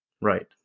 Right